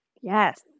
Yes